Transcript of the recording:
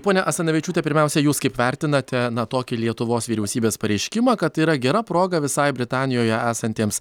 ponia asanavičiūte pirmiausia jūs kaip vertinate na tokį lietuvos vyriausybės pareiškimą kad yra gera proga visai britanijoje esantiems